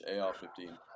AR-15